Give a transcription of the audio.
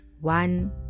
one